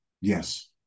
Yes